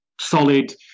solid